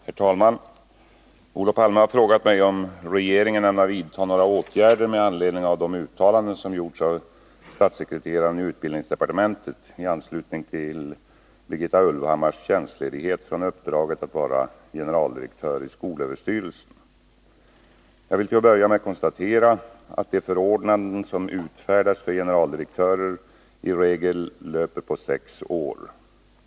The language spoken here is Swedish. Herr talman! Olof Palme har frågat mig om regeringen ämnar vidta några åtgärder med anledning av de uttalanden som gjorts av statssekreteraren i utbildningsdepartementet i anslutning till Birgitta Ulvhammars tjänstledighet från uppdraget att vara generaldirektör i skolöverstyrelsen. Jag vill till att börja med konstatera att de förordnanden som utfärdas för generaldirektörer i regel löper på sex år.